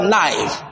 life